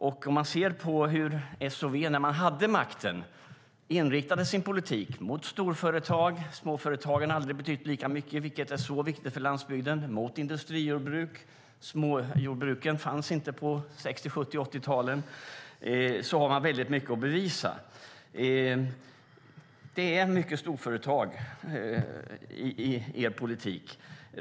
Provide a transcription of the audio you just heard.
När man ser på hur S och V när de hade makten inriktade sin politik på storföretag och industrijordbruk - småföretagen som är så viktiga för landsbygden har aldrig betytt lika mycket för dem, och småjordbruken fanns inte på 60-, 70 och 80-talen - har de mycket att bevisa. Det är mycket storföretag i er politik.